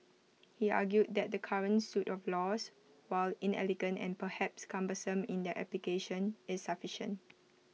he argued that the current suit of laws while inelegant and perhaps cumbersome in their application is sufficient